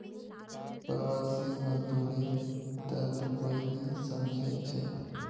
प्रवासी मजदूरेर दर्द कोई नी समझे छे